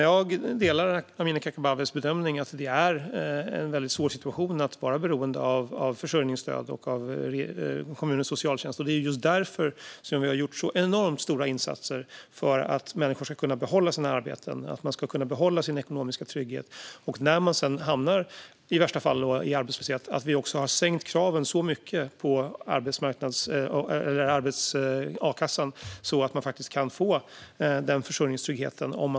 Jag delar dock Amineh Kakabavehs bedömning att det är en svår situation att vara beroende av försörjningsstöd och av kommun och socialtjänst, och det är just därför vi har gjort enormt stora insatser för att människor ska kunna behålla sina arbeten och sin ekonomiska trygghet. För den som sedan, i värsta fall, hamnar i arbetslöshet har vi sänkt kraven för a-kassan så mycket att man faktiskt kan få den försörjningstryggheten.